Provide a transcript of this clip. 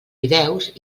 fideus